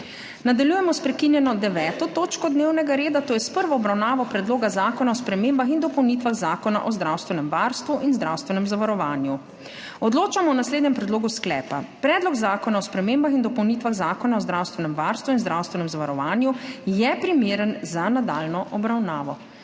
**Nadaljujemo s prekinjeno 9. točko dnevnega reda, to je s prvo obravnava Predloga zakona o spremembah in dopolnitvah Zakona o zdravstvenem varstvu in zdravstvenem zavarovanju.** Odločamo o naslednjem predlogu sklepa: Predlog zakona o spremembah in dopolnitvah Zakona o zdravstvenem varstvu in zdravstvenem zavarovanju je primeren za nadaljnjo obravnavo.